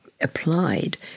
applied